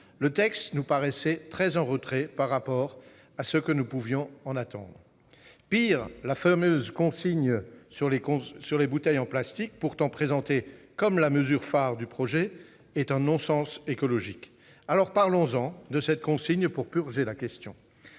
le texte nous paraissait très en retrait par rapport à ce que nous pouvions en attendre. Pis, la fameuse consigne sur les bouteilles en plastique, pourtant présentée comme la mesure phare du projet ... Je ne l'ai jamais présentée ainsi !... est un non-sens écologique. Alors, parlons de cette consigne pour purger la question.